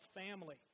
family